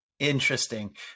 interesting